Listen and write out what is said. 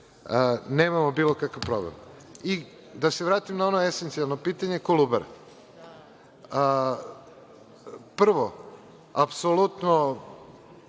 nemamo bilo kakav problem.I da se vratim na ono esencijalno pitanje Kolubare. Prvo, apsolutno